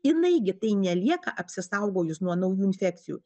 jinai gi tai nelieka apsisaugojus nuo naujų infekcijų